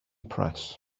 press